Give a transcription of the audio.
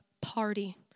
party